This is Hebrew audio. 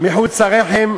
מחוץ לרחם,